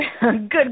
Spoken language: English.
good